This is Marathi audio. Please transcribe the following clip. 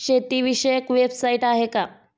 शेतीविषयक वेबसाइट आहे का?